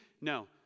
no